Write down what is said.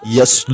Yes